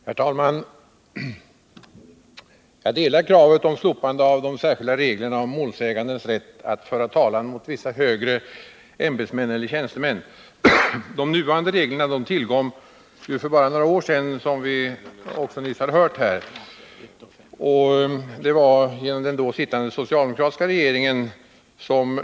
Herr talman! Jag stöder kravet på slopande av de särskilda reglerna om målsägandens rätt att föra talan mot vissa högre ämbetsmän eller tjänstemän. De nuvarande reglerna tillkom, som vi nyss har hört, för bara några år sedan på förslag av den då sittande socialdemokratiska regeringen.